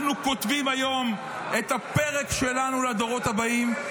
אנחנו כותבים היום את הפרק שלנו לדורות הבאים.